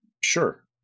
sure